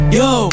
yo